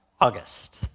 August